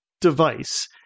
device